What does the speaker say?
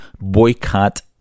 Boycott